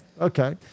Okay